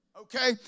Okay